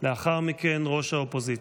לאחר מכן, ראש האופוזיציה.